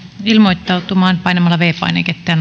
ilmoittautumaan painamalla viides painiketta ja